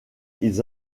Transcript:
ils